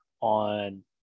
on